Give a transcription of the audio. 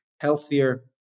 healthier